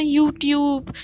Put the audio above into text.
Youtube